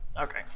Okay